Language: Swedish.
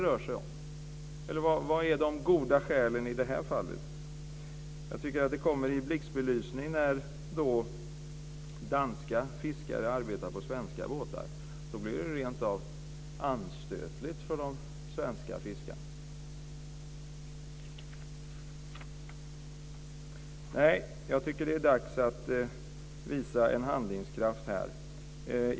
Vilka är de goda skälen i det här fallet? Frågan kommer i blixtbelysning när danska fiskare arbetar på svenska båtar. Då blir det rentav anstötligt för de svenska fiskarna. Nej, det är dags att visa handlingskraft.